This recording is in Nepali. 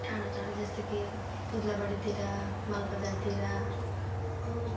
टाढा टाढा जस्तै कि ओद्लाबाडीतिर मालबजारतिर ओ